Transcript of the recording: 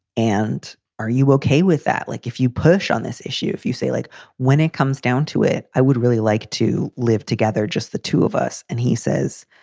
and are you okay with that? like, if you push on this issue, if you say like when it comes down to it, i would really like to live together, just the two of us. and he says,